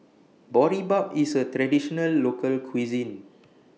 Boribap IS A Traditional Local Cuisine